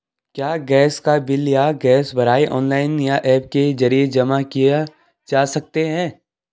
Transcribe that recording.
क्या गैस का बिल या गैस भराई ऑनलाइन या ऐप के जरिये जमा किये जा सकते हैं?